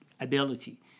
ability